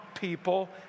people